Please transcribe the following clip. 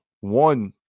one